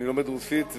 אני לומד רוסית,